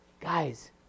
Guys